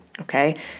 okay